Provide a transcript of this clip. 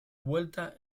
vuelta